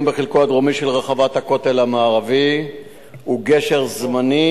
בחלק הדרומי של רחבת הכותל המערבי הוא גשר זמני,